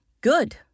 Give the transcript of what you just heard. Good